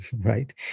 right